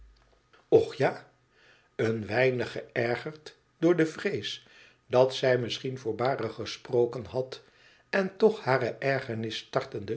och ja een weinig geërgerd door de vrees dat zij misschien voorbarig gesproken had en toch hare ergernis tartende